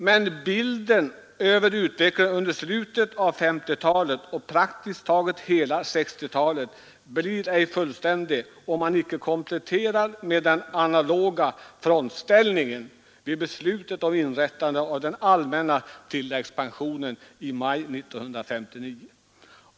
Men bilden av utvecklingen under slutet av 1950-talet och praktiskt taget hela 1960-talet blir ej fullständig om man inte kompletterar med den analoga frontställningen vid beslutet om inrättande av den allmänna tilläggspensioneringen 1959.